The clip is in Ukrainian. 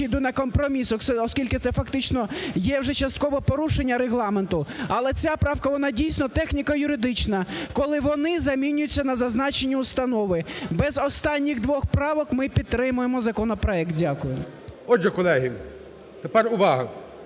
речі, іду на компроміс, оскільки це фактично є вже частково порушення Регламенту. Але ця правка, вона дійсно техніко-юридична, коли вони замінюються на зазначені установи. Без останніх двох правок ми підтримуємо законопроект. Дякую. ГОЛОВУЮЧИЙ. Отже, колеги, тепер увага!